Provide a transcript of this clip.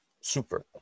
super